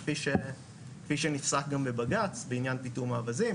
כי שנפסק גם בבג"צ בעניין פיטום האווזים,